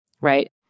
Right